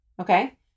okay